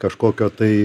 kažkokio tai